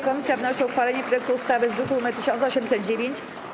Komisja wnosi o uchwalenie projektu ustawy z druku nr 1809.